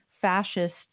fascist